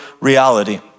reality